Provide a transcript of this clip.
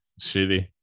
shitty